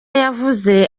yavuze